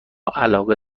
علاقه